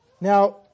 Now